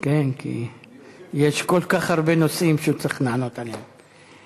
יש כל כך הרבה נושאים שהוא צריך לענות עליהם,